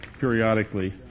periodically